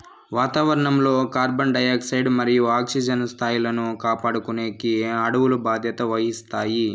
వాతావరణం లో carbon dioxide మరియు ఆక్సిజన్ స్థాయిలను కాపాడుకునేకి అడవులు బాధ్యత వహిస్తాయి